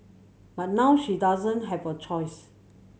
but now she doesn't have a choice